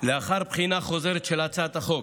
לאחר בחינה חוזרת של הצעת החוק,